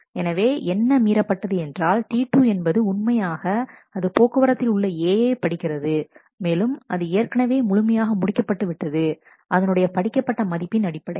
எனவே என்ன மீறப்பட்டது என்றால் T2 என்பது உண்மையாக அது போக்குவரத்தில் உள்ள A யை படிக்கிறது மேலும் அது ஏற்கனவே முழுமையாக முடிக்கப்பட்டுவிட்டது அதனுடைய படிக்கப்பட்ட மதிப்பின் அடிப்படையில்